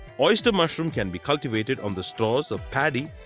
oyster mushroom can be cultivated on the straws of paddy,